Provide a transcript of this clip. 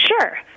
Sure